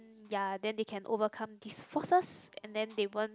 ya then they can overcome these forces and then they won't